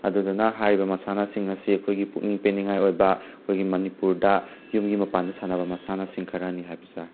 ꯑꯗꯨꯗꯨꯅ ꯍꯥꯏꯔꯤꯕ ꯃꯁꯥꯟꯅꯁꯤꯡ ꯑꯁꯤ ꯑꯩꯈꯣꯏꯒꯤ ꯄꯨꯛꯅꯤꯡ ꯄꯦꯟꯅꯤꯡꯉꯥꯏ ꯑꯣꯏꯕ ꯑꯩꯈꯣꯏꯒꯤ ꯃꯅꯤꯄꯨꯔꯗ ꯌꯨꯝꯒꯤ ꯃꯄꯥꯟꯗ ꯁꯥꯟꯅꯕ ꯃꯁꯥꯟꯁꯤꯡ ꯈꯔꯅꯤ ꯍꯥꯏꯕꯁꯦ